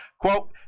Quote